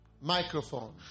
Microphone